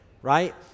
right